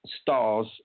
stars